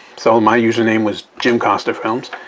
so my username was jim costa films,